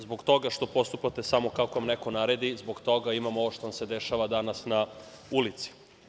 Zbog toga što postupate samo kako vam neko naredi, zbog toga imamo ovo što nam se dešava danas na ulici.